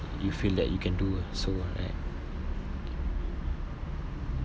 you feel that you can do also right